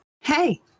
Hey